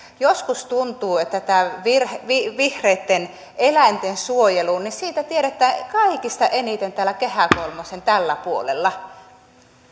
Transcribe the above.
joskus tuntuu että tämä vihreitten eläinten suojelu on sellaista että siitä tiedetään kaikista eniten täällä kehä kolmosen tällä puolella